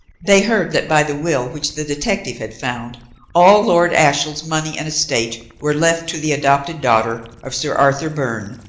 they heard that by the will which the detective had found all lord ashiel's money and estate were left to the adopted daughter of sir arthur byrne,